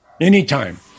Anytime